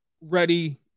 ready